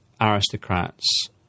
aristocrats